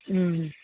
हूँ